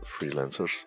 freelancers